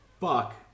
fuck